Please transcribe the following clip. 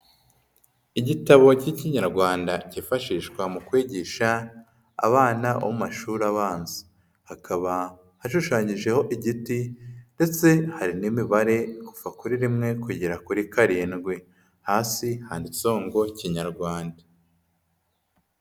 Igitabo k'Ikinyarwanda kifashishwa mu kwigisha abana bo mu mashuri abanza. Hakaba hashushanyijeho igiti, ndetse hari n'imibare kuva kuri rimwe kugera kuri karindwi. Hasi handitseho ngo kinyarwanda.